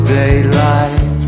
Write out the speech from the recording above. daylight